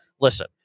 listen